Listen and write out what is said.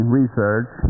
research